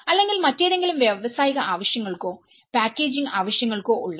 അല്ലെങ്കിൽ മറ്റേതെങ്കിലും വ്യാവസായിക ആവശ്യങ്ങൾക്കോ പാക്കേജിംഗ് ആവശ്യങ്ങൾക്കോ ഉള്ളത്